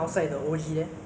so um